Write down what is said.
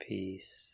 Peace